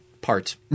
parts